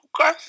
okay